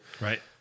Right